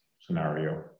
scenario